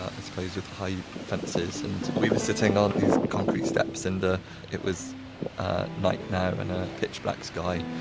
i suppose, with high fences. and we were sitting on these concrete steps and it was night now, and a pitch black sky,